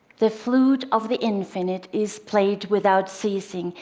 the flute of the infinite is played without ceasing,